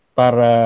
para